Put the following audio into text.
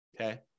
Okay